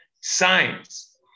Science